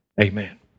Amen